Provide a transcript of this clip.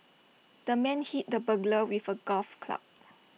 the man hit the burglar with A golf club